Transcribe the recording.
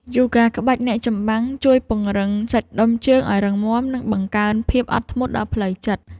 យូហ្គាក្បាច់អ្នកចម្បាំង ជួយពង្រឹងសាច់ដុំជើងឱ្យរឹងមាំ និងបង្កើនភាពអត់ធ្មត់ដល់ផ្លូវចិត្ត។